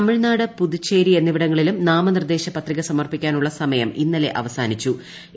തമിഴ്നാട് പുതുച്ചേരി എന്നിവിടങ്ങളിലും നാമനിർദ്ദേശ പത്രിക സമർപ്പിക്കാനുള്ള സമയം ഇന്നലെ അവസാനിച്ചിരുന്നു